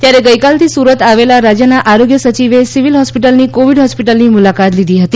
ત્યારે ગઇકાલથી સુરત આવેલા રાજ્યના આરોગ્ય સચિવે સિવિલ હોસ્પિટલની કોવિડ હોસ્પિટલની મુલાકાત લીધી હતી